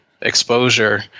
exposure